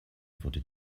wurde